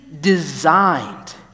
designed